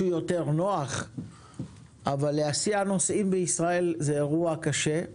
במשהו נוח יותר אבל להסיע נוסעים בישראל זה אירוע קשה.